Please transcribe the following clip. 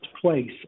place